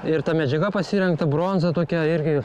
ir ta medžiaga pasirengta bronza tokia irgi